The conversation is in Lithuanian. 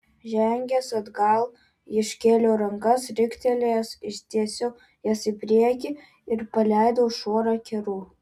žengęs atgal iškėliau rankas riktelėjęs ištiesiau jas į priekį ir paleidau šuorą kerų